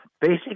basic